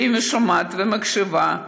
ואם היא שומעת ומקשיבה: